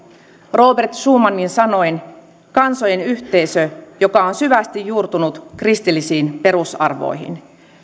robert schumanin sanoin kansojen yhteisö joka on syvästi juurtunut kristillisiin perusarvoihin